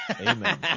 Amen